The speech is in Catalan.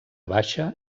baixa